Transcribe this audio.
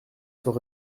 sans